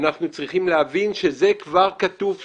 צריך להבין שזה כבר כתוב שם,